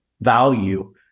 value